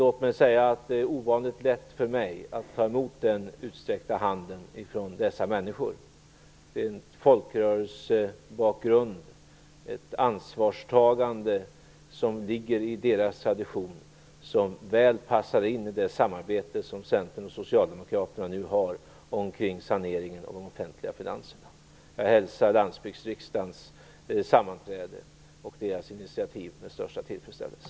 Låt mig säga att det är ovanligt lätt för mig att ta emot den utsträckta handen från dessa människor med en folkrörelsebakgrund och ett ansvarstagande som ligger i deras tradition och som väl passar in i det samarbete som Centern och Socialdemokraterna nu har kring saneringen av de offentliga finanserna. Jag hälsar landsbygdsriksdagens sammanträde och detta initiativ med största tillfredsställelse.